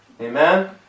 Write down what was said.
Amen